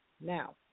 Now